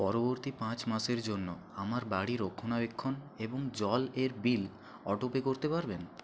পরবর্তী পাঁচ মাসের জন্য আমার বাড়ি রক্ষণাবেক্ষণ এবং জল এর বিল অটোপে করতে পারবেন